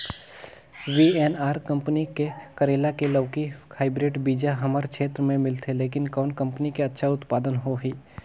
VNR company के करेला की लौकी हाईब्रिड बीजा हमर क्षेत्र मे मिलथे, लेकिन कौन कंपनी के अच्छा उत्पादन होही?